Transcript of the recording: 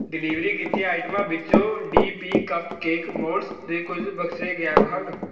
delivery ਕੀਤੀਆਂ ਆਈਟਮਾਂ ਵਿੱਚੋਂ ਡੀ ਪੀ ਕੱਪਕੇਕ ਮੋਡਜ਼ ਦੇ ਕੁਝ ਬਕਸੇ ਗਾਇਬ ਹਨ